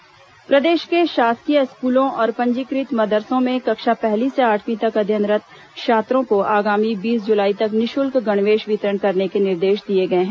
school गणवेश प्रदेश के शासकीय स्कूलों और पंजीकृत मदरसों में कक्षा पहली से आठवीं तक अध्ययनरत् छात्रों को आगामी बीस जुलाई तक निःशुल्क गणवेश वितरण करने के निर्देश दिए गए हैं